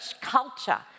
culture